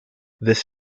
this